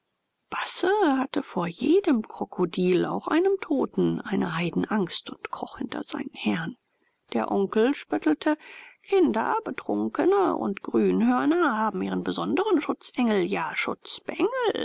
basse hatte vor jedem krokodil auch einem toten eine heidenangst und kroch hinter seinen herrn der onkel spöttelte kinder betrunkene und grünhörner haben ihren besonderen schutzengel ja